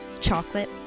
chocolate